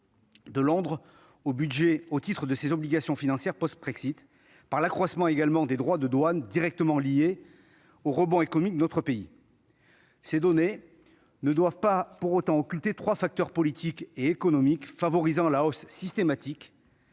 de Londres au titre de ses obligations financières post-Brexit et par l'accroissement des droits de douane, qui est directement lié au rebond économique de notre pays. Ces données ne doivent pas occulter trois facteurs politiques et économiques favorisant la hausse systématique,